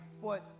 foot